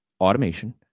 automation